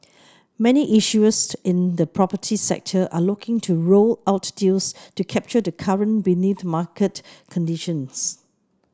many issuers in the property sector are looking to roll out deals to capture the current benign market conditions